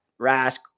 Rask